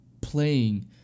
Playing